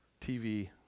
TV